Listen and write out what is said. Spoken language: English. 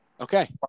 Okay